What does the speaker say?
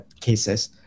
cases